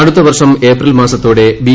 അടുത്ത വർഷം ഏപ്രിൽ മാസത്ത്യോടെ ബി